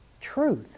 truth